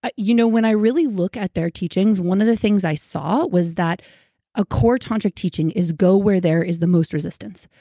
you know, when i really look at their teachings, one of the things i saw was that a core tantric teaching is go where there is the most resistance.